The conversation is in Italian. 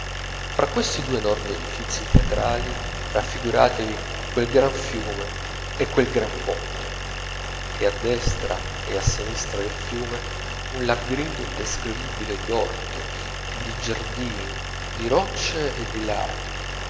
fra questi due enormi edifizi teatrali raffiguratevi quel gran fiume e quel gran ponte e a destra e a sinistra del fiume un labirinto indescrivibile d'orti e di giardini di roccie e di laghi